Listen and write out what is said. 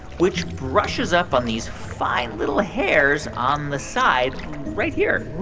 which brushes up on these fine, little hairs on the side right here